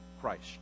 Christ